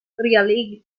realiĝis